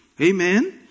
Amen